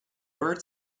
bird